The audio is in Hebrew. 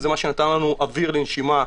זה מה שנתן לנו אוויר לנשימה.